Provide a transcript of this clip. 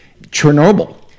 Chernobyl